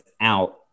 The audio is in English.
out